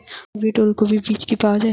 Hybrid ওলকফি বীজ কি পাওয়া য়ায়?